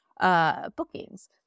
bookings